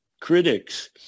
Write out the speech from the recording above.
critics